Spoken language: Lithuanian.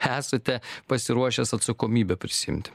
esate pasiruošęs atsakomybę prisiimti